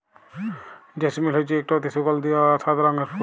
জেসমিল হছে ইকট অতি সুগাল্ধি অ সাদা রঙের ফুল